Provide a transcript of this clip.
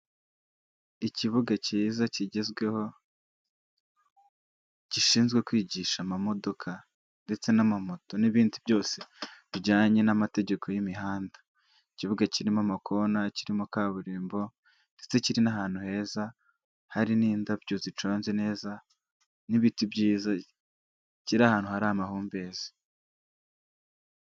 Ikibuga cyiza kigezweho gishinzwe kwigisha amamodoka ndetse n'amamoto n'ibindi byose bijyanye n'amategeko y'imihanda, ikibuga kirimo amakona, kirimo kaburimbo ndetse kirimo ahantu heza hari n'indabyo ziconze neza n'ibiti byiza, kiri ahantu hari amahumbezi.